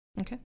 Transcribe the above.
okay